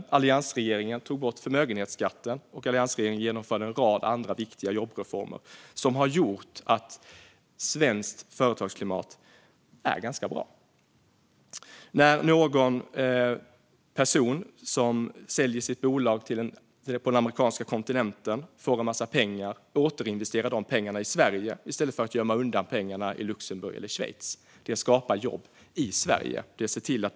Och alliansregeringen tog bort förmögenhetsskatten och genomförde en rad viktiga jobbreformer som har gjort att svenskt företagsklimat är ganska bra. När någon person som säljer sitt bolag på den amerikanska kontinenten, får en massa pengar och återinvesterar pengarna i Sverige i stället för att gömma undan pengarna i Luxemburg eller Schweiz skapar det jobb i Sverige.